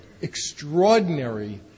extraordinary